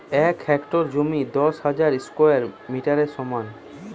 এক হেক্টর জমি দশ হাজার স্কোয়ার মিটারের সমান